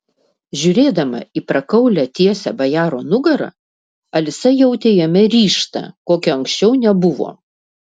žiūrėdama į prakaulią tiesią bajaro nugarą alisa jautė jame ryžtą kokio anksčiau nebuvo